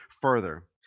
further